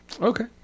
Okay